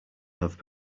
have